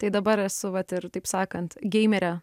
tai dabar esu vat ir taip sakant geimerė